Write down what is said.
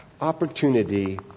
opportunity